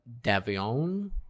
davion